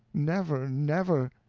never, never!